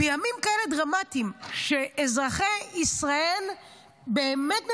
בימים כאלה דרמטיים, כשאזרחי ישראל באמת במצוקה,